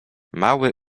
mały